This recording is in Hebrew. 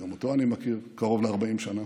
שגם אותו אני מכיר קרוב ל-40 שנה,